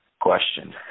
question